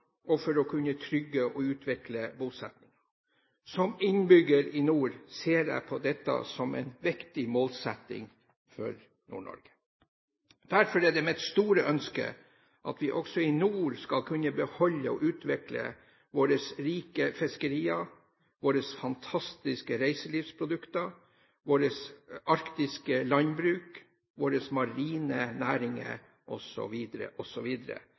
og for å kunne trygge og utvikle bosettingen. Som innbygger i nord ser jeg på dette som en viktig målsetting for Nord-Norge. Derfor er mitt store ønske at vi i nord skal kunne beholde og utvikle våre rike fiskerier, våre fantastiske reiselivsprodukter, vårt arktiske landbruk, våre marine næringer